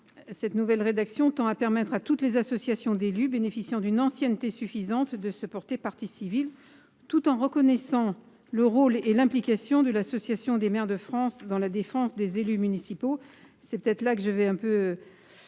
cette nouvelle rédaction tend à permettre à toutes les associations d'élus bénéficiant d'une ancienneté suffisante de se porter partie civile, tout en reconnaissant le rôle et l'implication de l'association des maires de France dans la défense des élus municipaux, c'est peut-être là que je vais un peu